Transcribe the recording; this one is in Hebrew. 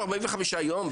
45 יום?